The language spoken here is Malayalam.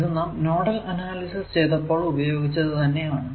ഇത് നാം നോഡൽ അനാലിസിസ് ചെയ്തപ്പോൾ ഉപയോഗിച്ചത് തന്നെ ആണ്